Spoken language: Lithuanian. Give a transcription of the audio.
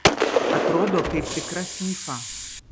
atrodo kaip tikra fyfa